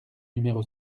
numéro